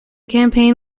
campaign